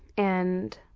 and